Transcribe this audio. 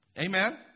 Amen